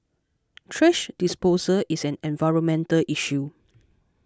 thrash disposal is an environmental issue